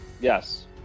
Yes